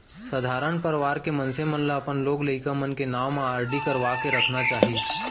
सधारन परवार के मनसे मन ल अपन लोग लइका मन के नांव म आरडी करवा के रखना चाही